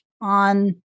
on